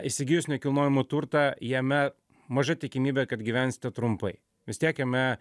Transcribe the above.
įsigijus nekilnojamą turtą jame maža tikimybė kad gyvensite trumpai vis tiek jame